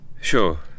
Sure